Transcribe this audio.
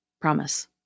Promise